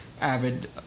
avid